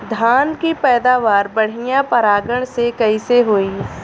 धान की पैदावार बढ़िया परागण से कईसे होई?